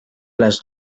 las